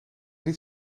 niet